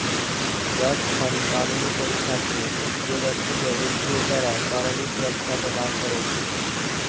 trust fund कानूनी संस्था छियै, जे व्यक्ति कें वित्तीय, कर आ कानूनी सुरक्षा प्रदान करै छै